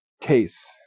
case